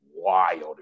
Wild